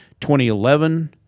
2011